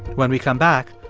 when we come back,